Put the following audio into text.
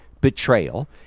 betrayal